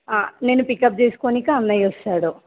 నిన్ను పికప్ చేసుకోవడానికి అన్నయ్య వస్తాడు